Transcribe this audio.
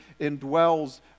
indwells